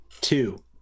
two